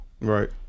right